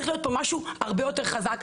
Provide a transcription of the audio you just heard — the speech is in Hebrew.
צריך להיות פה משהו הרבה יותר חזק,